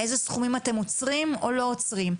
מאיזה סכומים אתם עוצרים או לא עוצרים,